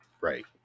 right